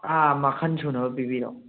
ꯑꯥ ꯃꯈꯟ ꯁꯨꯅꯕ ꯄꯤꯕꯤꯔꯛꯑꯣ